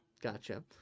Gotcha